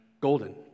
golden